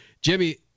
Jimmy